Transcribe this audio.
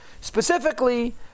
specifically